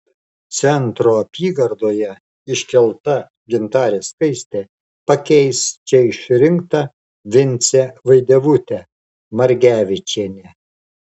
centro apygardoje iškelta gintarė skaistė pakeis čia išrinktą vincę vaidevutę margevičienę